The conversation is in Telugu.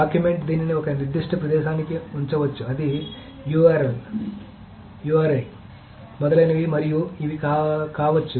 డాక్యుమెంట్ దీనిని ఒక నిర్దిష్ట ప్రదేశానికి ఉంచవచ్చు అది URI మొదలైనవి మరియు ఇవి కావచ్చు